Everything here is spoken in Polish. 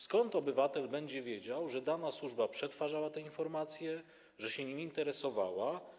Skąd obywatel będzie wiedział, że dana służba przetwarzała te informacje, że się nim interesowała?